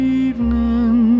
evening